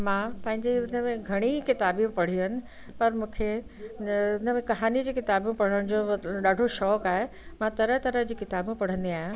मां पंहिंजे हुन में घणी ई किताबियूं पढ़ियूं आहिनि पर मूंखे हिन में कहानीअ जी पढ़ण जो ॾाढो शौक़ु आहे मां तरह तरह जी किताबूं पढ़ंदी आहियां